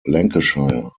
lancashire